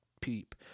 peep